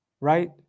Right